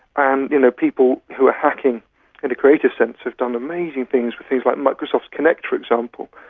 and you know people who are hacking in the creative sense have done amazing things with things like microsoft connect, for example,